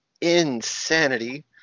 insanity